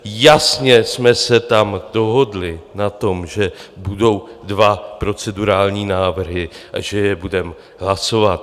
Jasně jsme se tam dohodli na tom, že budou dva procedurální návrhy a že je budeme hlasovat.